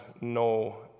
no